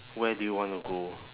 where do you wanna go